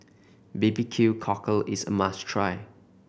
B B Q Cockle is a must try